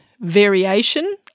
variation